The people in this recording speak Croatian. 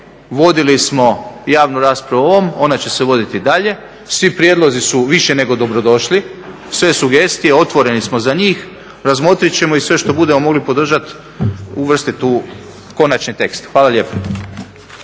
Vodili smo javnu raspravu o ovom. Ona će se voditi i dalje. Svi prijedlozi su više nego dobro došli, sve sugestije, otvoreni smo za njih, razmotrit ćemo ih i sve što budemo mogli podržati, uvrstiti u konačni tekst. Hvala lijepa.